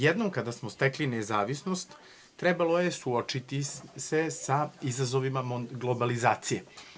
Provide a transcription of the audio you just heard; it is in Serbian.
Jednom kada smo stekli nezavisnost, trebalo je suočiti se sa izazovima globalizacije.